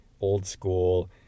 old-school